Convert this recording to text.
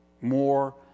more